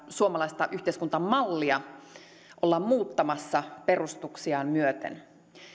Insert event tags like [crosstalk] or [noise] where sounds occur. [unintelligible] suomalaista yhteiskuntamallia ollaan muuttamassa perustuksiaan myöten